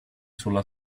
sulla